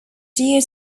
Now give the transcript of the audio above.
due